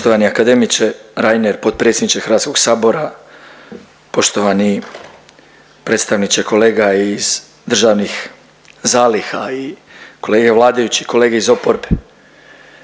Poštovani akademiče Reiner, potpredsjedniče HS-a, poštovani predstavniče kolega iz državnih zaliha i kolege vladajući i kolege iz oporbe.